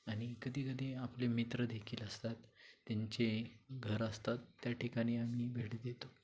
आणि कधीकधी आपले मित्रदेखील असतात त्यांचे घर असतात त्या ठिकाणी आम्ही भेट देतो